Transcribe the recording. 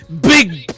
Big